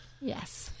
Yes